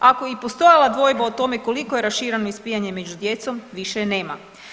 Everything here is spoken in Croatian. Ako je i postojala dvojba o tome koliko je rašireno ispijanje među djecom, više je nema.